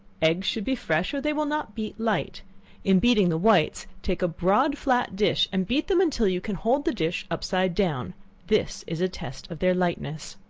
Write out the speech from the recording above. eggs should be fresh, or they will not beat light in beating the whites, take a broad flat dish, and beat them until you can hold the dish upside down this is a test of their lightness.